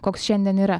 koks šiandien yra